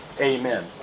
Amen